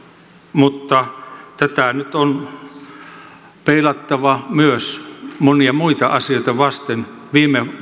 mutta tätä nyt on peilattava myös monia muita asioita vasten viime